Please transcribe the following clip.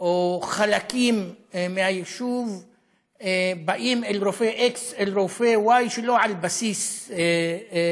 או חלקים מהיישוב באים אל רופא X ואל רופא Y שלא על בסיס מקצועי,